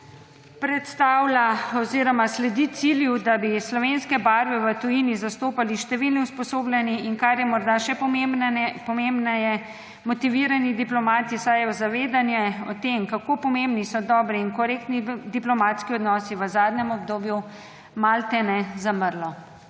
5 milijonov sledi cilju, da bi slovenske barve v tujini zastopali številni usposobljeni, in kar je morda še pomembnejše, motivirani diplomati, saj je zavedanje o tem, kako pomembni so dobri in korektni diplomatski odnosi, v zadnjem obdobju malodane zamrlo.